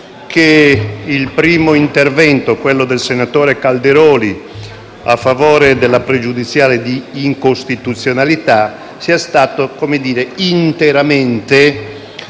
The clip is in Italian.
del senatore Calderoli, a favore della pregiudiziale di costituzionalità, sia stato interamente